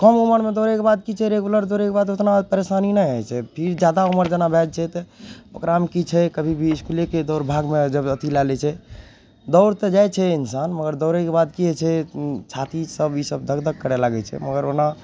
कम उम्रमे दौड़यके बाद कि छै रेगुलर दौड़यके बाद उतना परेशानी नहि होइ छै फिर जादा उम्र जेना भए जाइ छै तऽ ओकरामे कि छै कभी भी इसकुलेके दौड़ भागमे जब अथी लए लै छै दौड़ तऽ जाइ छै इंसान मगर दौड़यके बाद कि होइ छै छाती सब ईसब धक् धक् करऽ लागय छै मगर ओना